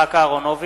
יצחק אהרונוביץ,